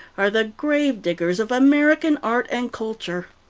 are the grave diggers of american art and culture.